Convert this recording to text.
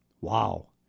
Wow